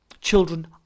children